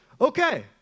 Okay